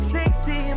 Sexy